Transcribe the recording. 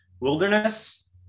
Wilderness